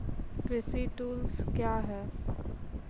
कृषि टुल्स क्या हैं?